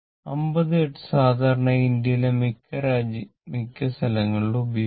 50 hertz സാധാരണയായി ഇന്ത്യയിലെ മിക്ക രാജ്യങ്ങളിലും ഉപയോഗിക്കുന്നു